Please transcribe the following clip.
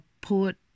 put